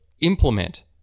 implement